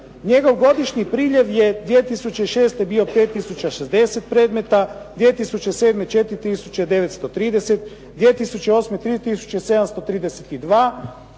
njegov godišnji priljev je 2006. bio 5060 predmeta, 2007. 4930, 2008. 3732,